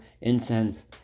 incense